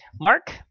Mark